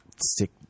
sick